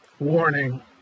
Warning